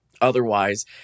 Otherwise